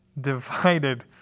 divided